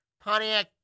Pontiac